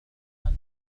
أخرى